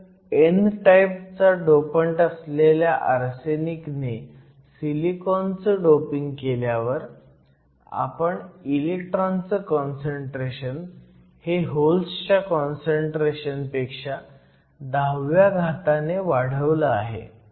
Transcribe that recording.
तर n type चा dopant असलेल्या आर्सेनिक ने सिलिकॉनचं डोपिंग केल्यावर आपण इलेक्ट्रॉनचं काँसंट्रेशन हे होल्सच्या काँसंट्रेशनपेक्षा 10 व्या घाताने वाढवलं आहे